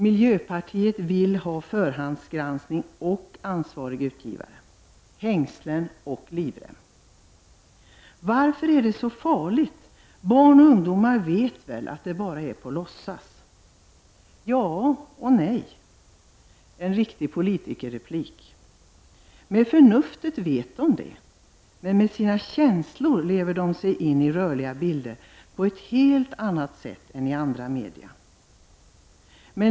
Miljöpartiet vill ha förhandsgranskning och ansvarig utgivare för filmerna — hängslen och livrem! Varför är det så farligt när barn och ungdomar vet att det bara är på låtsas? Ja och nej, en riktig politikerreplik. Med förnuftet vet de det, men med sina känslor lever de sig in i rörliga bilder på ett helt annat sätt än med andra media.